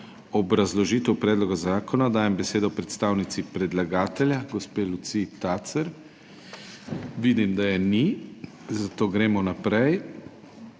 obrazložitev predloga zakona dajem besedo predstavnici predlagatelja gospe Luciji Tacer. Vidim, da je ni, zato gremo naprej.